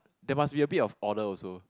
they must be a bit of order also